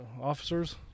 Officers